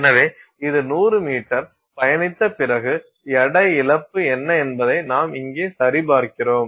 எனவே இது 100 மீட்டர் பயணித்த பிறகு எடை இழப்பு என்ன என்பதை நாம் இங்கே சரிபார்க்கிறோம்